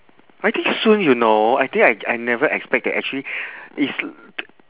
I think soon you know I think I I never expect that actually is